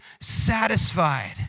satisfied